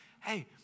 Hey